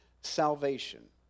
salvation